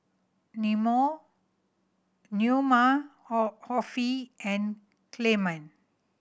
Neoma Offie and Clement